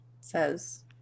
says